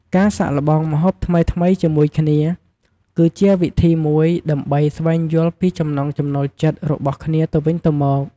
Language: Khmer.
ការសាកល្បងម្ហូបថ្មីៗជាមួយគ្នា គឺជាវិធីមួយដើម្បីស្វែងយល់ពីចំណង់ចំណូលចិត្តរបស់គ្នាទៅវិញទៅមក។